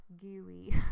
gooey